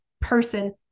person